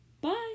Bye